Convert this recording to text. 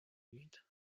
eat